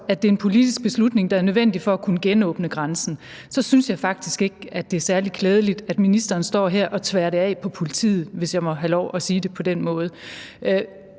at en politisk beslutning er nødvendig for at kunne genåbne grænsen. Så synes jeg faktisk ikke, det er særlig klædeligt, at ministeren står her og tværer det af på politiet, hvis jeg må have lov at sige det på den måde.